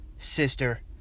Sister